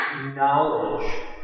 knowledge